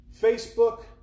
Facebook